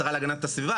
השרה להגנת הסביבה,